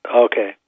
Okay